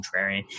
contrarian